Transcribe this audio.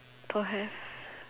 don't have